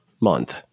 month